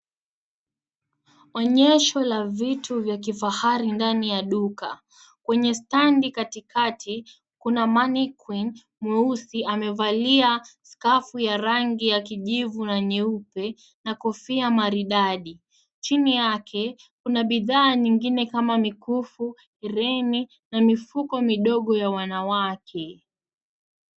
Onyesha la vitu vya kifahari ndani ya duka. Kwenye standi katikati ,kuna mannequin mweusi amevalia skafu ya rangi ya kijivu na nyeupe na kofia maridadi. Chini yake kuna bidhaa nyingine kama mikufu, rini, na mifuko midogo ya wanawake.